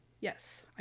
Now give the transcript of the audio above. Yes